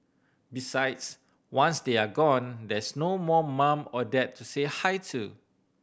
besides once they are gone there's no more mum or dad to say hi to